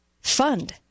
fund